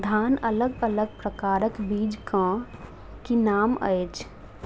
धान अलग अलग प्रकारक बीज केँ की नाम अछि?